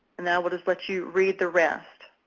and now we'll just let you read the rest.